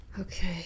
Okay